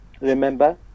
Remember